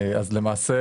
אז למעשה,